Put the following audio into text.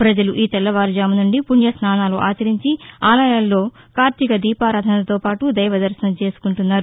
ప్రజలు ఈ తెల్లవారుజాము నుండి పుణ్యస్నానాలు ఆచరించి ఆలయాల్లో కార్తీక దీపారాధనతో పాటు దైవదర్శనం చేసుకుంటున్నారు